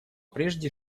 прежде